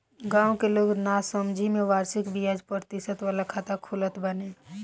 गांव के लोग नासमझी में वार्षिक बियाज प्रतिशत वाला खाता खोलत बाने